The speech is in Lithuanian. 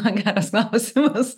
geras klausimas